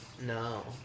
No